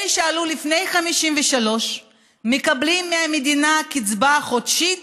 אלה שעלו לפני 1953 מקבלים מהמדינה קצבה חודשית,